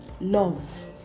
Love